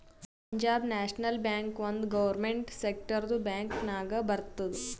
Punjab national bank ಒಂದ್ government ಸೆಕ್ಟರ್ದು bank ನಾಗ್ ಬರ್ತುದ್